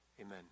Amen